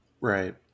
Right